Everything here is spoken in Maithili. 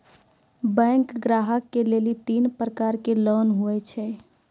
बैंक ग्राहक के लेली तीन प्रकर के लोन हुए छै?